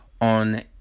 On